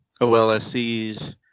OLSCs